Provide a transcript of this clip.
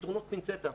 פתרונות פינצטה.